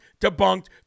debunked